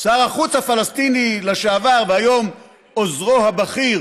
שר החוץ הפלסטיני לשעבר והיום עוזרו הבכיר